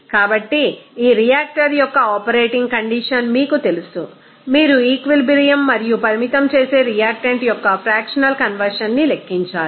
కాబట్టి ఈ రియాక్టర్ యొక్క ఆపరేటింగ్ కండిషన్ మీకు తెలుసు మీరు ekvilibrium మరియు పరిమితం చేసే రియాక్టెంట్ యొక్క ఫ్రాక్షనల్ కనవర్షన్ ని లెక్కించాలి